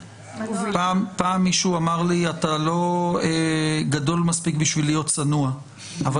פעם מישהו אמר לי אתה לא גדול מספיק כדי להיות צנוע אבל